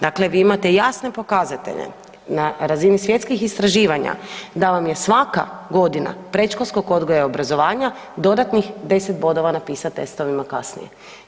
Dakle, vi imate jasne pokazatelje na razini svjetskih istraživanja da vam je svaka godina predškolskog odgoja i obrazovanja dodatnih 10 bodova na PASS testovima kasnije.